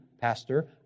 pastor